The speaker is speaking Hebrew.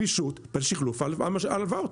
גמישות בשחלוף ההלוואות.